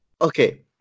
Okay